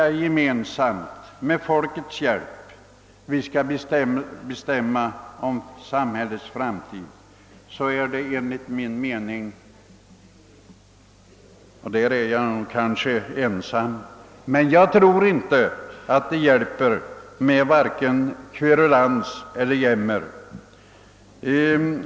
När vi nu gemensamt med folkets hjälp skall bestämma om samhällets framtid hjälper det enligt min mening inte — och om detta är jag kanske rätt ensam — med vare sig kverulans eller jämmer.